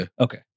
Okay